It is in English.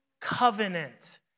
covenant